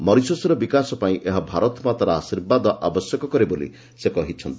ମରିସସ୍ର ବିକାଶ ପାଇଁ ଏହା ଭାରତମାତାର ଆଶୀର୍ବାଦ ଆବଶ୍ୟକ କରେ ବୋଲି ସେ କହିଛନ୍ତି